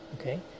okay